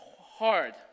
hard